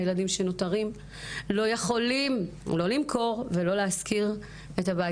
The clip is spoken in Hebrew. הילדים שנותרים לא יכולים לא למכור ולא להשכיר את הבית.